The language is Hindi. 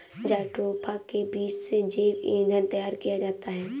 जट्रोफा के बीज से जैव ईंधन तैयार किया जाता है